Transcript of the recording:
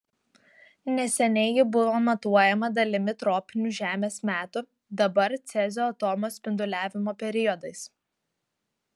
neseniai ji buvo matuojama dalimi tropinių žemės metų dabar cezio atomo spinduliavimo periodais